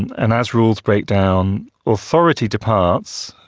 and as rules break down authority departs,